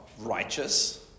righteous